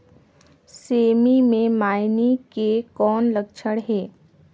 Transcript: सेमी मे मईनी के कौन लक्षण हे?